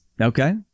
Okay